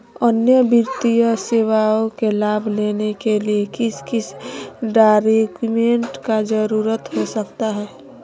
अन्य वित्तीय सेवाओं के लाभ लेने के लिए किस किस डॉक्यूमेंट का जरूरत हो सकता है?